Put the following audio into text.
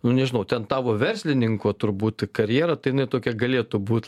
nu nežinau ten tavo verslininko turbūt karjera tai jinai tokia galėtų būt